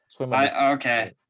Okay